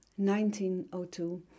1902